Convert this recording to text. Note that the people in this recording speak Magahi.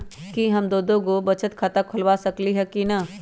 कि हम दो दो गो बचत खाता खोलबा सकली ह की न?